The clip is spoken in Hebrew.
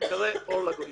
להיקרא אור לגויים.